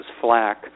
flack